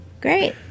Great